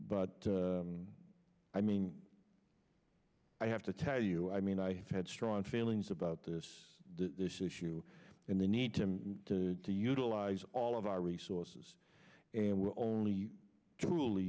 but i mean i have to tell you i mean i have had strong feelings about this this issue and they need to utilize all of our resources and we are only truly